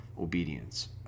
obedience